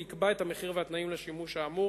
ויקבע את המחיר ואת התנאים לשימוש האמור,